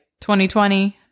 2020